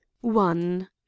One